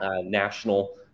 national